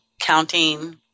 counting